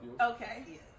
Okay